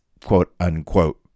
quote-unquote